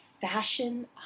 fashion